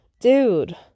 dude